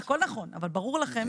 טלי, אבל זה נבדק.